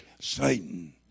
Satan